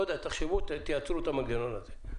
לא יודע, תחשבו, תייצרו את המנגנון הזה.